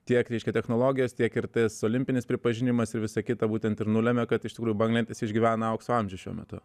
tiek reiškia technologijos tiek ir tas olimpinis pripažinimas ir visa kita būtent ir nulemia kad iš tikrųjų banglentės išgyvena aukso amžių šiuo metu